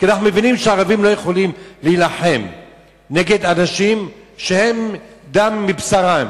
כי אנחנו מבינים שהערבים לא יכולים להילחם נגד אנשים שהם דם מבשרם.